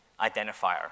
identifier